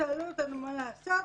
ששאלו אותנו מה לעשות.